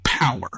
power